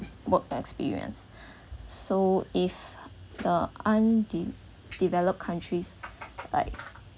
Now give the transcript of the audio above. work experience so if a unde~ developed countries like